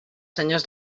senyors